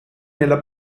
nella